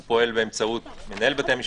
והוא פועל באמצעות מנהל בתי המשפט.